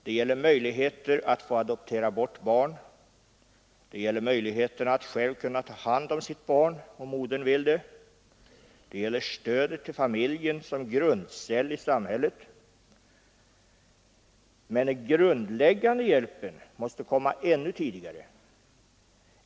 Det gäller möjligheter att adoptera bort barn. Det gäller möjligheterna för modern att själv ta hand om sitt barn, om hon vill det. Det gäller stödet till familjen som grundceell i samhället. Men den grundläggande hjälpen måste komma ännu tidigare.